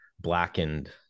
blackened